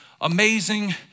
amazing